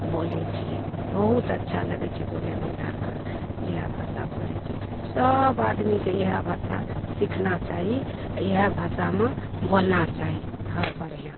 बोलैत छियै बहुत अच्छा लगैत छै बोलयमे हमरा आरके इएह भाषा बोलैत छियै सब आदमीके इएह भाषा सीखना चाही आ इएह भाषामे बोलना चाही आओर बढ़िआँ